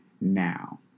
now